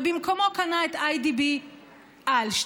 ובמקומו קנה את IDB אלשטיין,